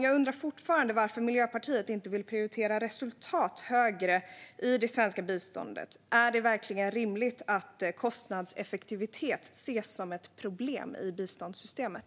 Jag undrar fortfarande varför Miljöpartiet inte vill prioritera resultat högre i det svenska biståndet. Är det verkligen rimligt att kostnadseffektivitet ses som ett problem i biståndssystemet?